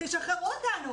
תשחררו אותנו.